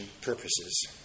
purposes